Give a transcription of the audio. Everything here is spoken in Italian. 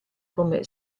come